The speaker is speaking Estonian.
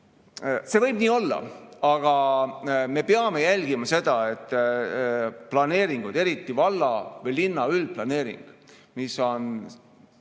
See võib nii olla, aga me peame jälgima seda, et planeeringutest, eriti valla või linna üldplaneeringust, mis on,